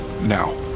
now